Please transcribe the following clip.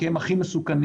כי הם הכי מסוכנים,